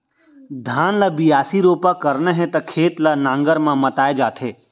धान ल बियासी, रोपा करना हे त खेत ल नांगर म मताए जाथे